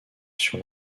sur